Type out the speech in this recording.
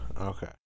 okay